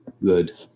good